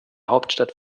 hauptstadt